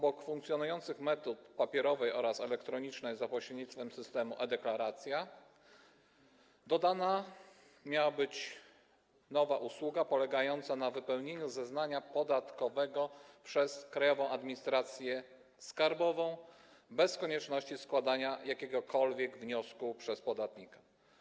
Do funkcjonujących metod: papierowej oraz elektronicznej, za pośrednictwem systemu e-Deklaracje, dodana miałaby być nowa usługa, polegająca na wypełnieniu zeznania podatkowego przez Krajową Administrację Skarbową bez konieczności składania jakiegokolwiek wniosku przez podatnika.